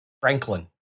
Franklin